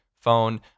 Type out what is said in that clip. phone